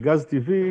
של גז טבעי,